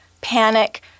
panic